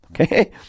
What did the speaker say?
Okay